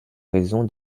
raison